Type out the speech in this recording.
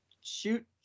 shoot